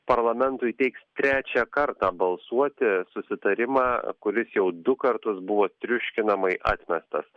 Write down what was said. parlamentui teiks trečią kartą balsuoti susitarimą kuris jau du kartus buvo triuškinamai atmestas